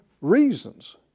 reasons